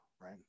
right